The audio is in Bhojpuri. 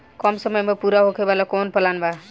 कम समय में पूरा होखे वाला कवन प्लान बा?